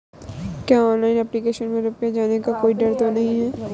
क्या online application में रुपया जाने का कोई डर तो नही है?